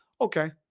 Okay